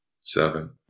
seven